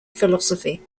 philosophy